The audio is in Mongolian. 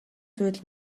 зүйл